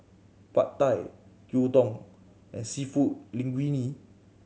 Pad Thai Gyudon and Seafood Linguine